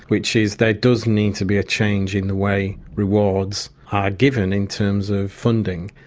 which is there does need to be a change in the way rewards are given in terms of funding,